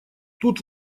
тут